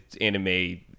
anime